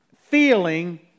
feeling